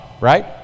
right